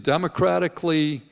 democratically